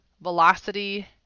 velocity